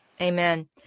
Amen